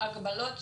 הגבלות,